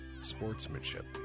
sportsmanship